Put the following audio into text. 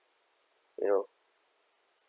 you know